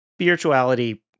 spirituality